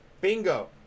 Bingo